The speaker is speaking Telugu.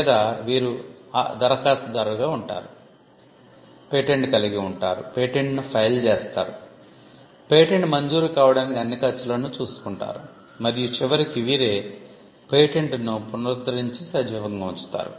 లేదా వీరు దరఖాస్తుదారుగా ఉంటారు పేటెంట్ కలిగి ఉంటారు పేటెంట్ను ఫైల్ చేస్తారు పేటెంట్ మంజూరు కావడానికి అన్ని ఖర్చులను చూసుకుంటారు మరియు చివరికి వీరే పేటెంట్ను పునరుద్ధరించి సజీవంగా ఉంచుతారు